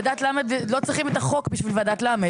לא צריכים את החוק בשביל ועדת למ"ד.